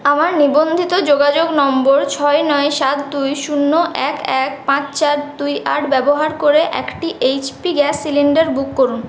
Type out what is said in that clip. আমার নিবন্ধিত যোগাযোগ নম্বর ছয় নয় সাত দুই শূন্য এক এক পাঁচ চার দুই আট ব্যবহার করে একটি H P gas cylinder book করুন